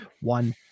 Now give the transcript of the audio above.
one